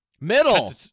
middle